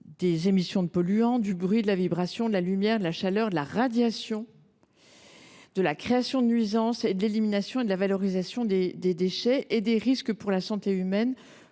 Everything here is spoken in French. des émissions de polluants, du bruit, de la vibration, de la lumière, de la chaleur, de la radiation, de la création de nuisances, de l’élimination et de la valorisation des déchets, ou encore des risques pour la santé humaine,